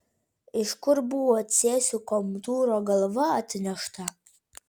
iš kur buvo cėsių komtūro galva atnešta